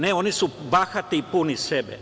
Ne, oni su bahati i puni sebe.